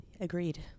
Agreed